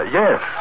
yes